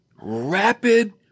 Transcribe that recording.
rapid